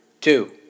two